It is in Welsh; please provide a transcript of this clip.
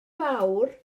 fawr